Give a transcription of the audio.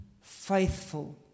faithful